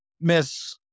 miss